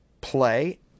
play